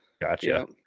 gotcha